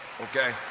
Okay